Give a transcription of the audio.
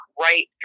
right